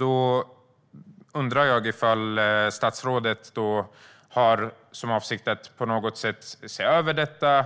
Jag undrar om statsrådet har för avsikt att på något sätt se över detta,